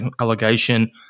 allegation